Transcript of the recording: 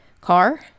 car